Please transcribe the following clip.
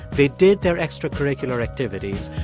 they did their extracurricular activities.